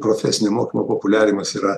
profesinio mokymo populiarinimas yra